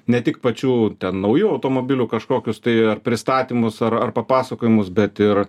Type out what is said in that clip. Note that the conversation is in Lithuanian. ne tik pačių ten naujų automobilių kažkokius tai ar pristatymus ar ar papasakojimus bet ir